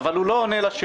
אבל הוא לא עונה לשאלה.